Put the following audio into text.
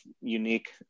unique